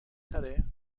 تره